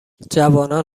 جوانان